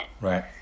right